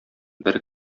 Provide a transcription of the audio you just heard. бер